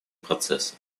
процессы